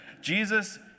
Jesus